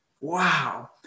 wow